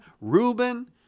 Reuben